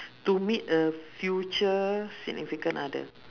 to meet a future significant other